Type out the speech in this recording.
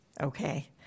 okay